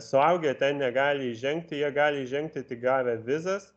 suaugę ten negali įžengti jie gali įžengti tik gavę vizas